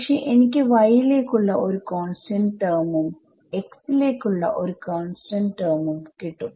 പക്ഷെ എനിക്ക് y ലേക്കുള്ള ഒരു കോൺസ്റ്റന്റ് ടെർമ്ഉം x ലേക്കുള്ള ഒരു കോൺസ്റ്റന്റ് ടെർമ് ഉം കിട്ടും